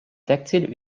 tactile